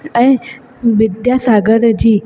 ऐं विद्यासागर जी